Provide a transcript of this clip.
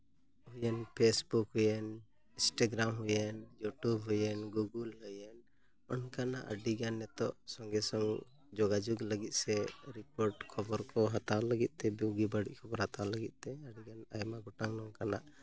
ᱦᱩᱭᱮᱱ ᱯᱷᱮᱥᱵᱩᱠ ᱦᱩᱭᱮᱱ ᱤᱱᱥᱴᱟᱜᱨᱟᱢ ᱦᱩᱭᱮᱱ ᱤᱭᱩᱴᱩᱵᱽ ᱦᱩᱭᱮᱱ ᱜᱩᱜᱚᱞ ᱦᱩᱭᱮᱱ ᱚᱱᱠᱟᱱᱟᱜ ᱟᱹᱰᱤᱜᱟᱱ ᱱᱤᱛᱚᱜ ᱥᱚᱸᱜᱮ ᱥᱚᱝᱜ ᱡᱳᱜᱟᱡᱳᱜ ᱞᱟᱹᱜᱤᱫ ᱥᱮ ᱨᱤᱯᱳᱨᱴ ᱠᱷᱚᱵᱚᱨ ᱠᱚ ᱦᱟᱛᱟᱣ ᱞᱟᱹᱜᱤᱫᱼᱛᱮ ᱵᱳᱜᱤ ᱵᱟᱹᱲᱤᱡ ᱠᱷᱚᱵᱚᱨ ᱦᱟᱛᱟᱣ ᱞᱟᱹᱜᱤᱫᱛᱮ ᱟᱹᱰᱤᱜᱟᱱ ᱟᱭᱢᱟ ᱜᱚᱴᱟᱝ ᱱᱚᱝᱠᱟᱱᱟᱜ